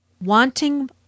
wanting